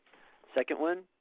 second one,